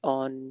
on